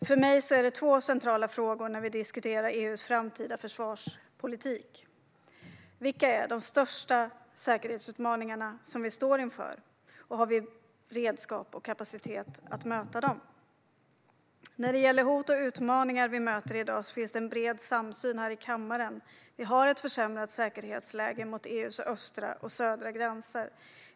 För mig är två frågor centrala när vi diskuterar EU:s framtida försvarspolitik: Vilka är de största säkerhetsutmaningar vi står inför, och har vi redskap och kapacitet att möta dem? När det gäller de hot och utmaningar vi möter i dag finns det en bred samsyn här i kammaren. Vi har ett försämrat säkerhetsläge när det gäller EU:s östra och södra gränser.